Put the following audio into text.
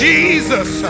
Jesus